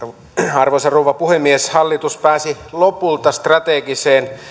arvoisa rouva puhemies hallitus pääsi lopulta strategiseen